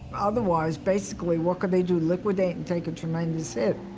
otherwise basically what could they do? liquidate and take a tremendous hit?